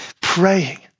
praying